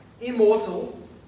immortal